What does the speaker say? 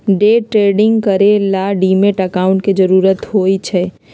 day trading करे ला demat account के जरूरत होई छई